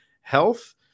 health